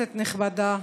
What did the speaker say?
כנסת נכבדה,